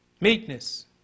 Meekness